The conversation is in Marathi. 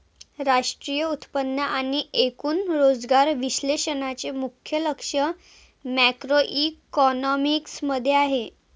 राष्ट्रीय उत्पन्न आणि एकूण रोजगार विश्लेषणाचे मुख्य लक्ष मॅक्रोइकॉनॉमिक्स मध्ये आहे